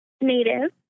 Native